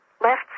left